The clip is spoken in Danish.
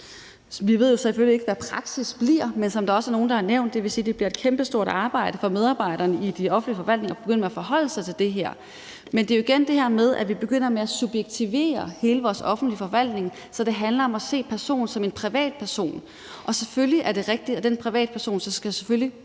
Vi ved jo selvfølgelig ikke, hvad praksis bliver, men som der også er nogle, der har nævnt, vil det sige, at det bliver et kæmpestort arbejde for medarbejderne i de offentlige forvaltninger at begynde at forholde sig til det her. Men det er jo igen det her med, at vi begynder med at subjektivere hele vores offentlige forvaltning, så det handler om at se personen som en privatperson. Selvfølgelig er det rigtigt, at den privatperson skal beskyttes